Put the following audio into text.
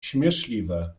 śmieszliwe